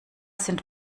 sind